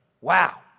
Wow